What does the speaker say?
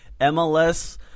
MLS